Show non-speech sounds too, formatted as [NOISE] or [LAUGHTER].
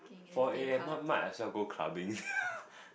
four A_M might might as well go clubbing [LAUGHS]